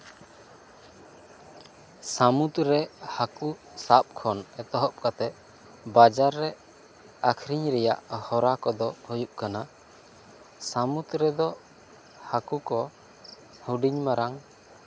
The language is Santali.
ᱥᱟᱢᱩᱫᱨᱮ ᱦᱟᱹᱠᱩ ᱥᱟᱵ ᱠᱷᱚᱱ ᱮᱛᱚᱦᱚᱵ ᱠᱟᱛᱮᱜ ᱵᱟᱡᱟᱨ ᱨᱮ ᱟᱠᱷᱨᱤᱧ ᱨᱮᱭᱟᱜ ᱦᱚᱨᱟ ᱠᱚᱫᱚ ᱦᱩᱭᱩᱜ ᱠᱟᱱᱟ ᱥᱟᱢᱩᱫ ᱨᱮᱫᱚ ᱦᱟᱹᱠᱩ ᱠᱚ ᱦᱩᱰᱤᱧ ᱢᱟᱨᱟᱝ